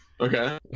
okay